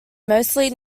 mostly